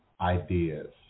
ideas